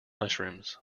mushrooms